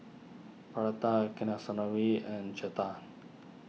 Pratap Kasinadhuni and Chetan